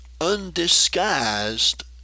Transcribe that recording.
undisguised